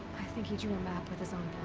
think he drew a map with his own